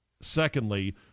Secondly